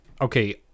okay